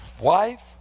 wife